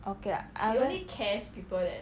okay lah I